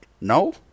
No